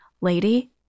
Lady